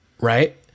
Right